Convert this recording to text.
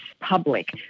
public